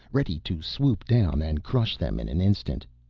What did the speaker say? ready to swoop down and crush them in an instant.